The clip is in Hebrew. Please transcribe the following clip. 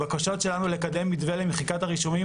הבקשות שלנו לקדם מתווה למחיקת הרישומים,